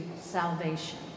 salvation